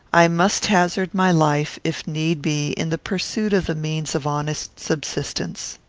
i must hazard my life, if need be, in the pursuit of the means of honest subsistence.